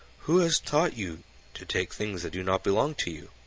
who has taught you to take things that do not belong to you?